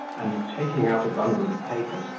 and, taking out a bundle of papers,